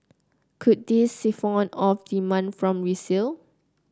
could this siphon off demand from resale